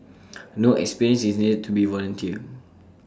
no experience is needed to volunteer